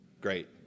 Great